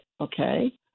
okay